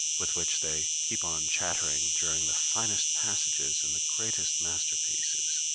with which they keep on chattering during the finest passages in the greatest masterpieces.